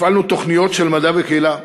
הפעלנו תוכניות של מדע וקהילה.